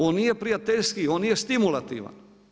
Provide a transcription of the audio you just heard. On nije prijateljski, on nije stimulativan.